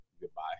Goodbye